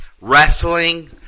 Wrestling